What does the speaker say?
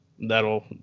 that'll